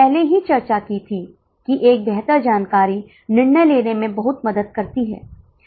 अब अर्ध परिवर्तनीय लागत कितनी होगी